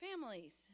families